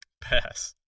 Pass